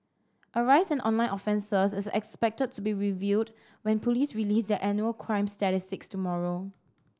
a rise in online offences is expected to be revealed when police release their annual crime statistics tomorrow